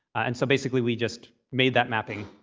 and so basically, we just made that mapping,